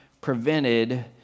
prevented